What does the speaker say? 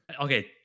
Okay